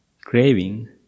Craving